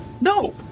No